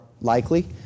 likely